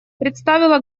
представило